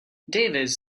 davis